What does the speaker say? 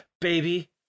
Baby